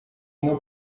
não